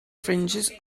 fringes